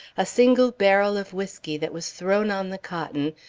a single barrel of whiskey that was thrown on the cotton,